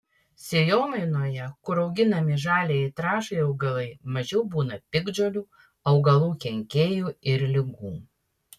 sėjomainoje kur auginami žaliajai trąšai augalai mažiau būna piktžolių augalų kenkėjų ir ligų